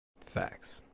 Facts